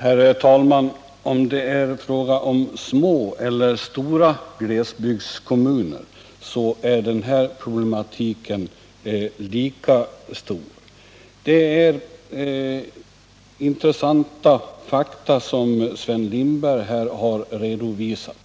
Herr talman! Oavsett om det är fråga om små eller stora glesbygdskommuner, så är den här problematiken lika stor. Det är intressanta fakta som Sven Lindberg här redovisat.